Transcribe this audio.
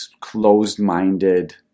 closed-minded